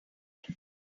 night